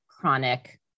chronic